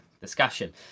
discussion